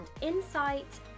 insight